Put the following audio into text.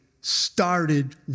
started